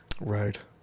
Right